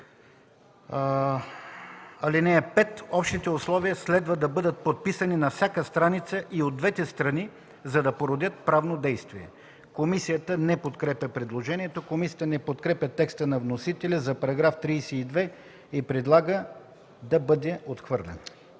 (5) Общите условия следва да бъдат подписани на всяка страница и от двете страни, за да породят правно действие.” Комисията не подкрепя предложенията. Комисията не подкрепя текста на вносителя за § 32 и предлага да бъде отхвърлен.